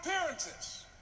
appearances